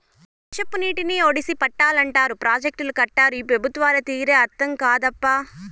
వర్షపు నీటిని ఒడిసి పట్టాలంటారు ప్రాజెక్టులు కట్టరు ఈ పెబుత్వాల తీరే అర్థం కాదప్పా